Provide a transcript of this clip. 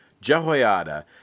Jehoiada